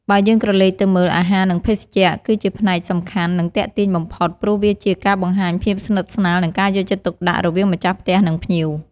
បើយើងក្រឡេកទៅមើល អាហារ និងភេសជ្ជៈ គឺជាផ្នែកសំខាន់ និងទាក់ទាញបំផុត ព្រោះវាជាការបង្ហាញភាពស្និទ្ធស្នាលនិងការយកចិត្តទុកដាក់រវាងម្ចាស់ផ្ទះ និងភ្ញៀវ។